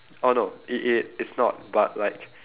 oh no it it it's not but like